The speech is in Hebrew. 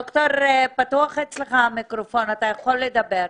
דוקטור, המיקרופון פתוח אצלך אתה יכול לדבר.